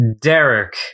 Derek